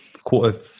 Quarter